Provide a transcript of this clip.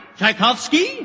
Tchaikovsky